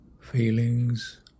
feelings